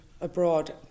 abroad